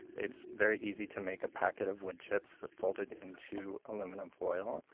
it's very easy to make a packet of wood chips fold it into aluminum foil.